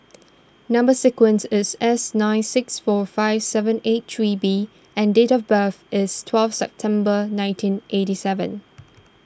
Number Sequence is S nine six four five seven eight three B and date of birth is twelve September nineteen eighty seven